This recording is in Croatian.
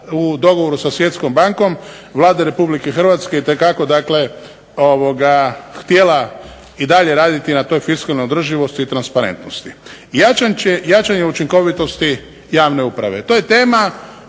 u dogovoru sa Svjetskom bankom Vlada Republike Hrvatske itekako dakle htjela i dalje raditi na toj fiskalnoj održivosti i transparentnosti. Jačanje učinkovitosti javne uprave. To je tema